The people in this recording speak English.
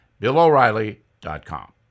BillOReilly.com